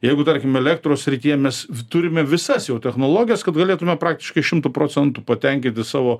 jeigu tarkim elektros srityje mes turime visas jau technologijas kad galėtume praktiškai šimtu procentų patenkinti savo